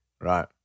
Right